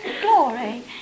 glory